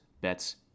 bets